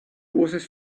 was